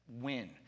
win